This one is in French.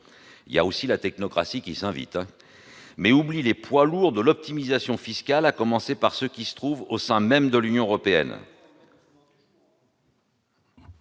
dans le débat ...-, mais oublie les poids lourds de l'optimisation fiscale, à commencer par ceux qui se trouvent au sein même de l'Union européenne.